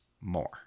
more